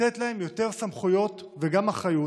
לתת להם יותר סמכויות וגם אחריות,